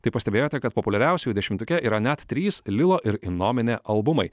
tai pastebėjote kad populiariausiųjų dešimtuke yra net trys lilo ir innomine albumai